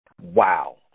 wow